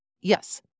Yes